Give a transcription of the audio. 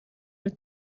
dal